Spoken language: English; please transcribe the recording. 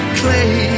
clay